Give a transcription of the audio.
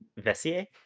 Vessier